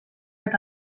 eta